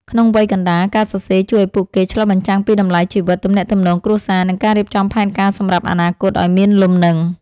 ក្នុងវ័យកណ្ដាល ការសរសេរជួយឱ្យពួកគេឆ្លុះបញ្ចាំងពីតម្លៃជីវិត ទំនាក់ទំនងគ្រួសារ និងការរៀបចំផែនការសម្រាប់អនាគតឱ្យមានលំនឹង។